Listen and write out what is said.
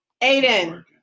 Aiden